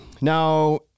Now